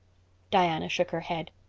diana shook her head.